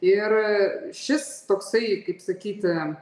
ir šis toksai kaip sakyti